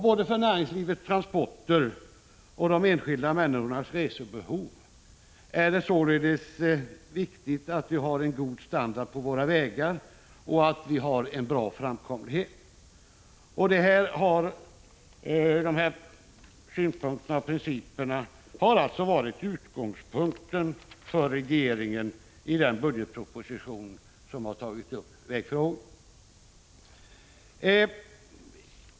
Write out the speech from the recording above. Både för näringslivets transporter och för de enskilda människornas resebehov är det således viktigt att vi har en god standard på våra vägar och en bra framkomlighet. De här synpunkterna och principerna har varit utgångspunkten för regeringen när den har tagit upp vägfrågorna i budgetpropositionen.